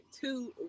two